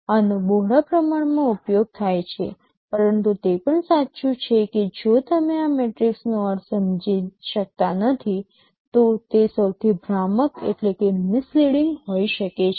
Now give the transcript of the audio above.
આનો બહોળા પ્રમાણમાં ઉપયોગ થાય છે પરંતુ તે પણ સાચું છે કે જો તમે આ મેટ્રિક્સનો અર્થ સમજી શકતા નથી તો તે સૌથી ભ્રામક હોઈ શકે છે